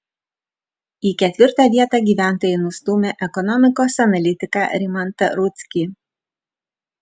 į ketvirtą vietą gyventojai nustūmė ekonomikos analitiką rimantą rudzkį